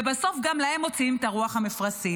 ובסוף גם להם מוציאים את הרוח מהמפרשים.